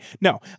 no